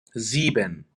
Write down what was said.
sieben